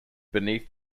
beneath